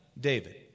David